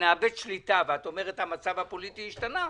שנאבד שליטה, ואת אומרת שהמצב הפוליטי ישתנה,